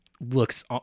Looks